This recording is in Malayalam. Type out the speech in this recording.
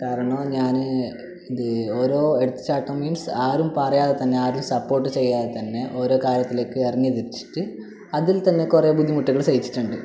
കാരണം ഞാന് ഇത് ഓരോ എടുത്തുചാട്ടം മീൻസ് ആരും പറയാതെ തന്നെ ആരും സപോർട്ട് ചെയ്യാതെ തന്നെ ഓരോ കാര്യത്തിലേക്ക് ഇറങ്ങിത്തിരിച്ചിട്ട് അതിൽ തന്നെ കുറെ ബുദ്ധിമുട്ടുകൾ സഹിച്ചിട്ടുണ്ട്